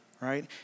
right